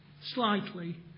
slightly